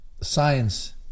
science